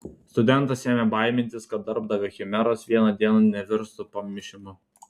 studentas ėmė baimintis kad darbdavio chimeros vieną dieną nevirstų pamišimu